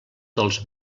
dels